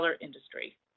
industry